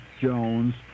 Jones